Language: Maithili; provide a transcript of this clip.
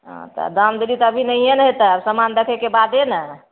तऽ दाम दौरी तऽ अभी नहिए ने हेतै समान देखैके बादे ने